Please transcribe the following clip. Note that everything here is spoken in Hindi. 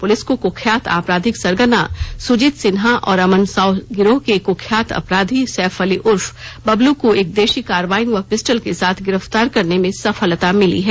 पुलिस को कुख्यात अपराधिक सरगना सुजीत सिन्हा और अमन साव गिरोह के कुख्यात अपराधी सैफ अली उर्फ बबलू को एक देशी कार्बाइन व पिस्टल के साथ गिरफ्तार करने में सफलता मिली है